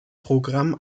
programm